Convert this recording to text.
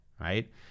right